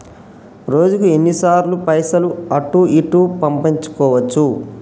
రోజుకు ఎన్ని సార్లు పైసలు అటూ ఇటూ పంపించుకోవచ్చు?